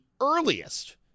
earliest